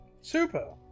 Super